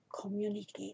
communicate